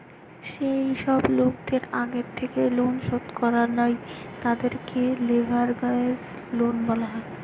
যেই সব লোকদের আগের থেকেই লোন শোধ করা লাই, তাদেরকে লেভেরাগেজ লোন বলা হয়